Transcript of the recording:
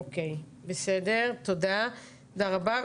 אוקיי, בסדר, תודה רבה.